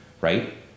Right